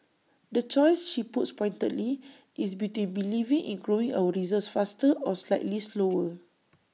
the choice she puts pointedly is between believing in growing our reserves faster or slightly slower